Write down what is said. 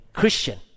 Christian